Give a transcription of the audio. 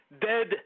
dead